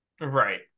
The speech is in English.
right